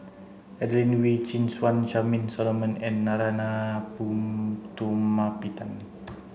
Adelene Wee Chin Suan Charmaine Solomon and Narana Putumaippittan